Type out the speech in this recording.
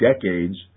decades